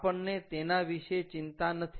આપણને તેના વિશે ચિંતા નથી